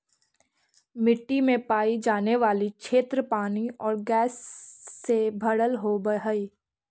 मिट्टी में पाई जाने वाली क्षेत्र पानी और गैस से भरल होवअ हई